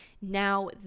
now